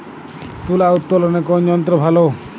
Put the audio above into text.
তুলা উত্তোলনে কোন যন্ত্র ভালো?